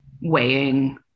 weighing